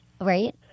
Right